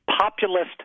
populist